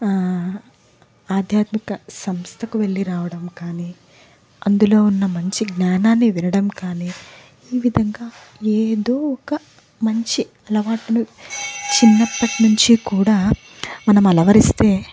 ఆధ్యాత్మిక సంస్థకు వెళ్ళి రావడం కానీ అందులో ఉన్న మంచి జ్ఞానాన్ని వినడం కానీ ఈ విధంగా ఏదో ఒక మంచి అలవాటును చిన్నప్పటి నుంచి కూడా మనమలవరిస్తే